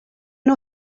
nhw